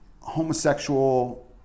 homosexual